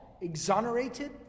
exonerated